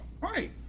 Right